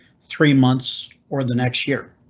three months or the next year.